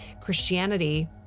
Christianity